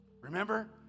Remember